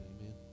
Amen